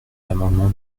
l’amendement